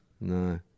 no